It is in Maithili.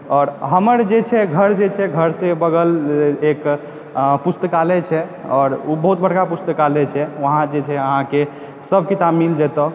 आओर हमर जे छै घर जे छै घरके बगल एक पुस्तकालय छै आओर ओ बहुत बड़का पुस्तकालय छै वहाँ जे छै अहाँकेसभ किताब मिल जेतय